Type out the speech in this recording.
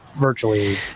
virtually